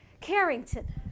Carrington